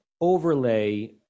overlay